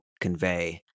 convey